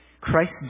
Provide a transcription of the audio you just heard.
Christ